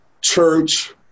church